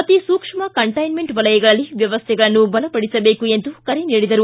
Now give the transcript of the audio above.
ಅತಿಸೂಕ್ಷ್ಮ ಕಂಟೈನ್ಮೆಂಟ್ ವಲಯಗಳಲ್ಲಿ ವ್ಯವಸ್ಥೆಗಳನ್ನು ಬಲಪಡಿಸಬೇಕು ಎಂದು ಕರೆ ನೀಡಿದರು